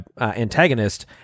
antagonist